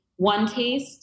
OneTaste